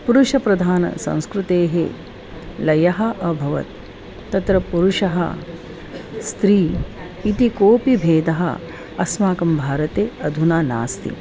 पुरुषप्रधानसंस्कृतेः लयः अभवत् तत्र पुरुषः स्त्री इति कोपि भेदः अस्माकं भारते अधुना नास्ति